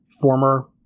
former